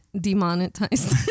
demonetized